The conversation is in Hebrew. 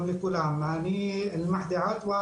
אני אלחמדי עטוה,